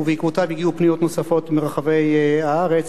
ובעקבותיו הגיעו פניות נוספות מרחבי הארץ,